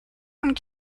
und